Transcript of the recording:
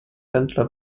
händler